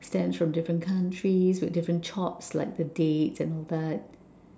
stamps from different countries with different chops like the date all that